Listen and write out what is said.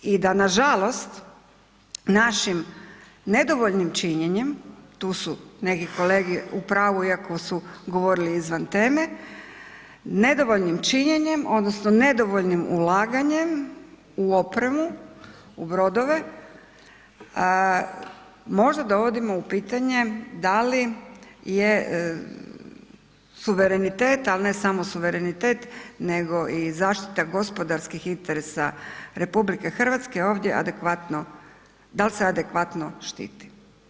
I da nažalost, našim nedovoljnim činjenjem, tu su neke kolege u pravu iako su govorili izvan teme, nedovoljnim činjenjem odnosno nedovoljnim ulaganjem u opremu, u brodove možda dovodimo u pitanje da li je suverenitet, ali ne samo suverenitet nego i zaštita gospodarskih interesa RH ovdje adekvatno, da li se adekvatno štiti.